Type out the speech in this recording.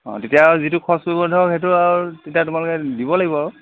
অঁ তেতিয়া আৰু যিটো খৰছ কৰিব ধৰক সেইটো আৰু তেতিয়া তোমালোকে দিব লাগিব আৰু